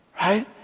right